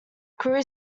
crew